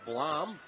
Blom